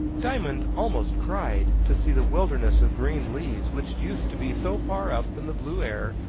diamond almost cried to see the wilderness of green leaves, which used to be so far up in the blue air,